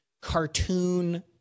cartoon